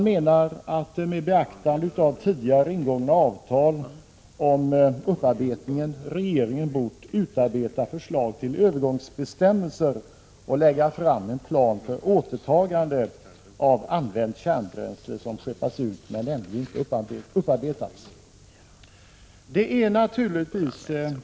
De menar att regeringen med beaktande av tidigare ingångna avtal om upparbetning bort utarbeta förslag till övergångsbestämmelser och lägga fram en plan för återtagande av använt kärnbränsle som skeppats ut men ännu inte upparbetats.